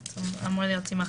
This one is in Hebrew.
(5)